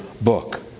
book